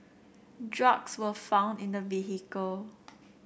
drugs were found in the vehicle